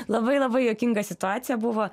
labai labai juokinga situacija buvo